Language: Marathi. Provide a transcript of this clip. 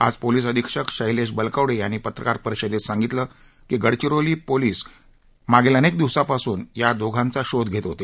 आज पोलिस अधीक्षक शैलेश बलकवडे यांनी पत्रकार परिषदेत सांगितले की गडचिरोली पोलिस मागील अनेक दिवसांपासून या दोघांचा शोध घेत होते